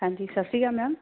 ਹਾਂਜੀ ਸਤਿ ਸ਼੍ਰੀ ਅਕਾਲ ਮੈਮ